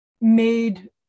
made